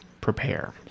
prepare